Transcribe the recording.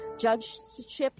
judgeships